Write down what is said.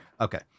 Okay